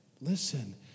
Listen